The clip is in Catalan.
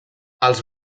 els